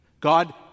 God